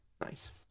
Nice